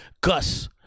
Gus